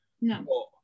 No